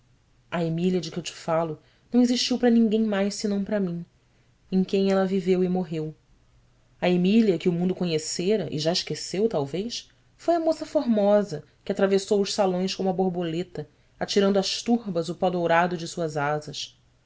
a emília de que eu te falo não existiu para ninguém mais senão para mim em quem ela viveu e morreu a emília que o mundo conhecera e já esqueceu talvez foi a moça formosa que atravessou os salões como a borboleta atirando às turbas o pó dourado de suas asas